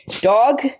dog